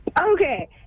Okay